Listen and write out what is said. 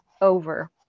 over